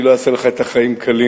אני לא אעשה לך את החיים קלים,